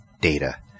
data